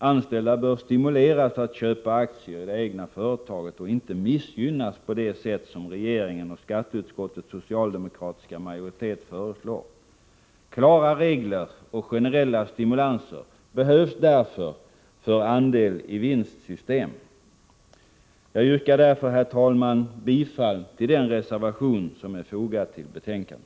Anställda bör stimuleras att köpa aktier i det egna företaget. De skall alltså inte missgynnas på det sätt som regeringen och skatteutskottets socialdemokratiska majoritet föreslår. Klara regler och generella stimulanser behövs således när det gäller att ge de anställda möjligheter till andel i vinstsystem. Jag yrkar, herr talman, bifall till den reservation som är fogad till betänkandet.